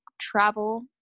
travel